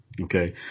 Okay